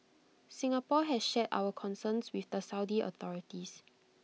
Singapore has shared our concerns with the Saudi authorities